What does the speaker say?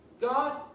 God